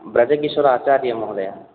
ब्रजकिशोर् आचार्य महोदय